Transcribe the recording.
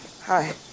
Hi